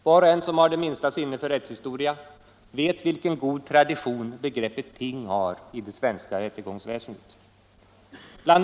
Var och en som har det minsta sinne för rättshistoria vet vilken god tradition begreppet ting har i det svenska rättegångsväsendet. Bl.